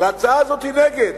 על ההצעה הזאת היא נגד.